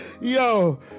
Yo